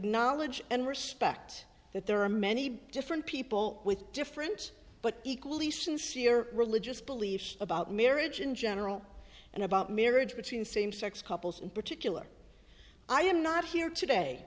knowledge and respect that there are many different people with different but equally sincere religious beliefs about marriage in general and about marriage between same sex couples in particular i am not here today